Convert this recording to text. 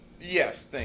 Yes